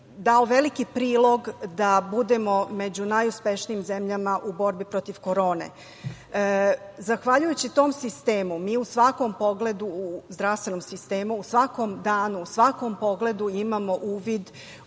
dao veliki prilog da budemo među najuspešnijim zemljama u borbi protiv korone. Zahvaljujući tom sistemu mi u zdravstvenom sistemu u svakom danu, u svakom pogledu imamo uvid